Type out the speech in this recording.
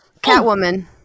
Catwoman